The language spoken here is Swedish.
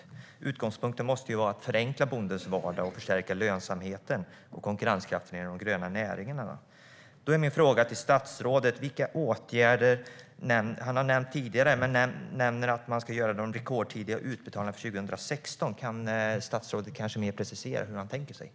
Utgångspunkten måste ju vara att förenkla bondens vardag och förstärka lönsamheten och konkurrenskraften inom de gröna näringarna. Statsrådet har tidigare nämnt att det ska göras rekordtidiga utbetalningar för 2016. Kan statsrådet precisera hur han tänker kring det?